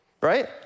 right